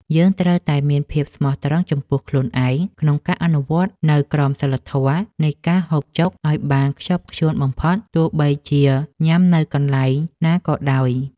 យើងត្រូវតែមានភាពស្មោះត្រង់ចំពោះខ្លួនឯងក្នុងការអនុវត្តនូវក្រមសីលធម៌នៃការហូបចុកឱ្យបានខ្ជាប់ខ្ជួនបំផុតទោះបីជាញ៉ាំនៅកន្លែងណាក៏ដោយ។